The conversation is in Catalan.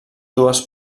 dues